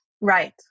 Right